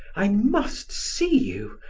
i must see you,